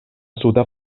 suda